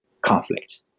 conflict